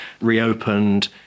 reopened